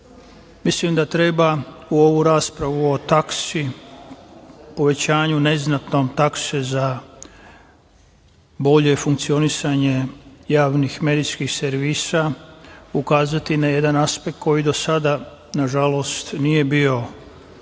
mislim da treba u ovoj raspravi o taksi, povećanju neznatnom takse za bolje funkcionisanje javnih medijskih servisa, ukazati na jedan aspekt koji do sada, nažalost, nije bio vidljiv